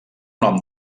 nom